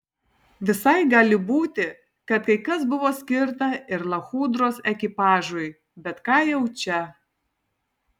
visai gali būti kad kai kas buvo skirta ir lachudros ekipažui bet ką jau čia